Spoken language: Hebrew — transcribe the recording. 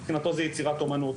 מבחינתו זה יצירת אומנות,